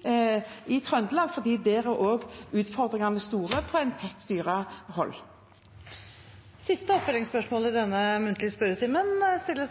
Trøndelag, for der er utfordringene store med tett dyrehold. Martin Henriksen – til siste oppfølgingsspørsmål i denne muntlige spørretimen. Jeg tror